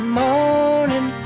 morning